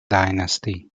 dynasty